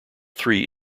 three